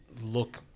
look